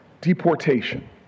deportation